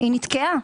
היא נתקעה.